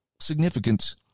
significant